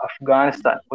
Afghanistan